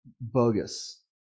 bogus